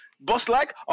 boss-like